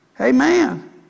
Amen